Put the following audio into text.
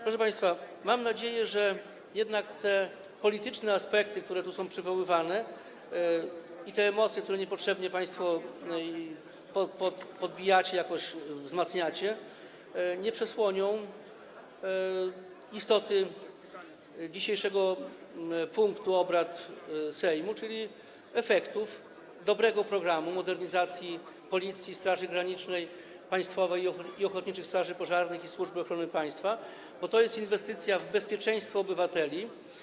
Proszę państwa, mam jednak nadzieję, że te polityczne aspekty, które tu są przywoływane, i emocje, które państwo niepotrzebnie podbijacie i wzmacniacie, nie przesłonią istoty dzisiejszego punktu obrad Sejmu, czyli efektów dobrego programu modernizacji Policji, Straży Granicznej, Państwowej Straży Pożarnej, ochotniczych straży pożarnych i Służby Ochrony Państwa, bo to jest inwestycja w bezpieczeństwo obywateli.